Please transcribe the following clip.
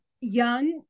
young